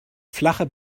flache